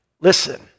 Listen